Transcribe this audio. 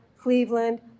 Cleveland